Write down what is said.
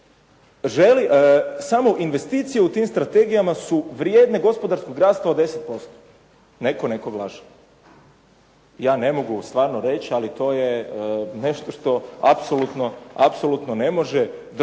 samo investicije u tim strategijama su vrijedne gospodarskog rasta od 10%. Netko nekoga laže. Ja ne mogu stvarno reći, ali to je nešto što apsolutno ne može držati